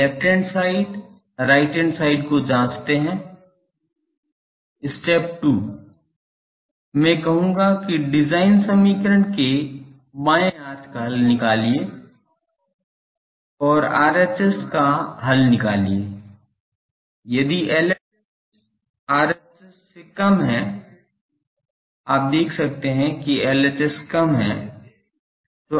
LHS RHS को जांचते है Step 2 मैं कहूंगा कि डिजाइन समीकरण के बाएं हाथ का हल निकालिये और RHS का हल निकालिये यदि LHS RHS से कम है आप देख सकते हैं कि LHS कम है